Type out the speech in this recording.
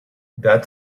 that